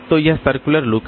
तो यह circular look है